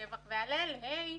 שבח והלל היי,